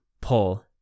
pull